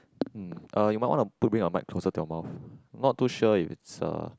hmm uh you might want to put bring your mic closer to your mouth not too sure it's